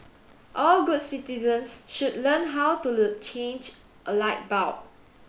all good citizens should learn how to change a light bulb